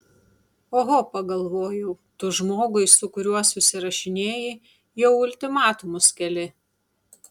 oho pagalvojau tu žmogui su kuriuo susirašinėji jau ultimatumus keli